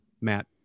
Matt